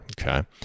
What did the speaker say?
Okay